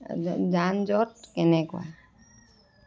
যা যান জঁট কেনেকুৱা